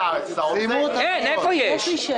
--- איפה יש?